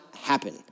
happen